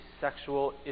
sexual